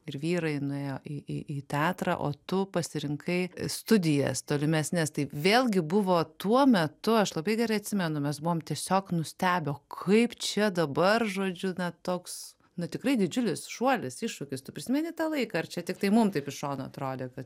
ir vyrai nuėjo į į į teatrą o tu pasirinkai studijas tolimesnes tai vėlgi buvo tuo metu aš labai gerai atsimenu mes buvom tiesiog nustebę o kaip čia dabar žodžiu na toks na tikrai didžiulis šuolis iššūkis tu prisimeni tą laiką ar čia tiktai mum taip iš šono atrodė kad